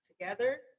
together